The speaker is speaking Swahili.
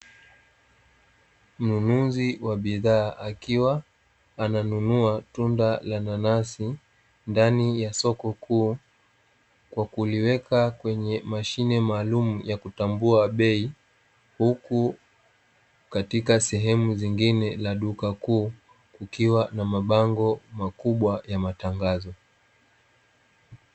Mnunuzi wa bidhaa akiwa ananunua tunda la nanasi, ndani ya soko kuu. Kwa kuliweka kwenye mashine maalumu ya kutambua bei, huku katika sehemu zingine la duka kuu kukiwa na mabango makubwa ya matangazo.